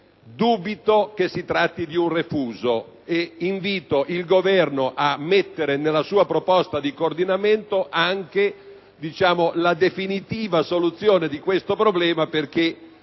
Dubito che si tratti di un refuso ed invito il Governo ad inserire nella sua proposta di coordinamento anche la definitiva soluzione di questo problema, perché